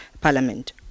Parliament